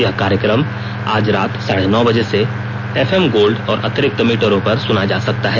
यह कार्यक्रम आज रात साढे नौ बजे से एफएम गोल्डा और अतिरिक्तक मीटरों पर सुना जा सकता है